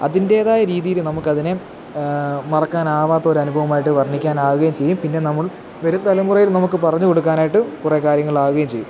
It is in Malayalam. അതിൻറ്റേതായ രീതിയിൽ നമുക്കതിനെ മറക്കാനാകാത്തൊരനുഭവമായിട്ട് വർണ്ണിനാകുകയും ചെയ്യും പിന്നെ നമ്മൾ വരും തലമുറയിൽ നമുക്ക് പറഞ്ഞു കൊടുക്കാനായിട്ടു കുറേ കാര്യങ്ങൾ ആകുകയും ചെയ്യും